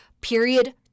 Period